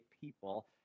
people